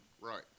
Right